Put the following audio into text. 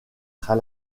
très